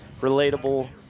relatable